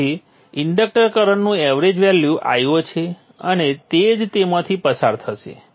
તેથી ઇન્ડક્ટર કરંટનું average value Io છે અને તે જ તેમાંથી પસાર થશે